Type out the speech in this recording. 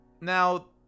Now